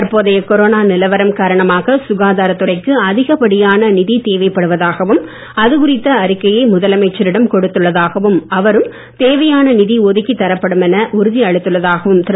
தற்போதைய கொரோனா நிலவரம் காரணமாக சுகாதாரத்துறைக்கு அதிகப்படியான நிதி தேவைப்படுவதாகவும குறித்த அறிக்கையை முதலமைச்சரிடம் கொடுத்துள்ளதாகவும் அவரும் அது தேவையான நிதி ஒதுக்கி தரப்படும் என உறுதி அளித்துள்ளதாகவும் திரு